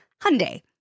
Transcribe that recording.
Hyundai